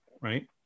right